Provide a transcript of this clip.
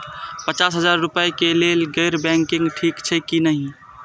पचास हजार रुपए के लेल गैर बैंकिंग ठिक छै कि नहिं?